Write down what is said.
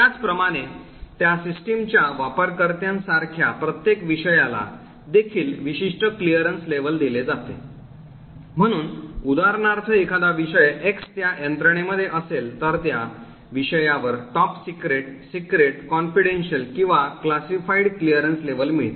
त्याचप्रमाणे त्या सिस्टमच्या वापरकर्त्यासारख्या प्रत्येक विषयाला देखील विशिष्ट क्लिअरन्स लेव्हल दिले जाते म्हणून उदाहरणार्थ एखादा विषय X त्या यंत्रणेमध्ये असेल तर त्या विषयावर टॉप सीक्रेट सीक्रेट confidential किंवा क्लासिफाईड क्लीयरन्स लेव्हल मिळते